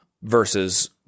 versus